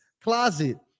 closet